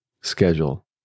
schedule